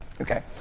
Okay